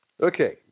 Okay